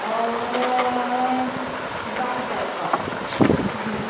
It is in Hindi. और दाल तड़का जी